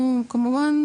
כמובן.